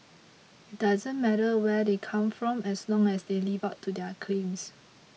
it doesn't matter where they come from as long as they live up to their claims